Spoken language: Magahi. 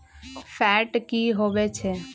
फैट की होवछै?